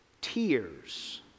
tears